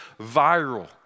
viral